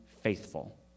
faithful